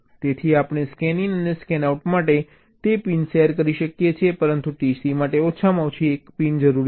તેથી આપણે સ્કેનઈન અને સ્કેનઆઉટ માટે તે પિન શેર કરી શકીએ છીએ પરંતુ TC માટે ઓછામાં ઓછી એક પિન જરૂરી છે